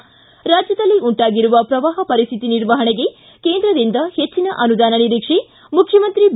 ರ್ತಿ ರಾಜ್ಯದಲ್ಲಿ ಉಂಟಾಗಿರುವ ಪ್ರವಾಹ ಪರಿಸ್ಥಿತಿ ನಿರ್ವಹಣೆಗೆ ಕೇಂದ್ರದಿಂದ ಹೆಚ್ಚನ ಅನುದಾನ ನಿರೀಕ್ಷೆ ಮುಖ್ಯಮಂತ್ರಿ ಬಿ